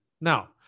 Now